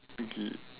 okay